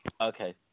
Okay